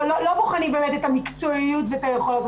לא בוחנים באמת את המקצועיות ואת היכולות.